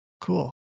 Cool